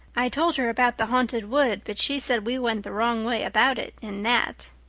i told her about the haunted wood, but she said we went the wrong way about it in that.